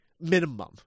minimum